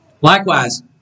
Likewise